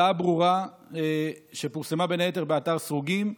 הודעה ברורה, שפורסמה בין היתר באתר סרוגים,